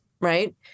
right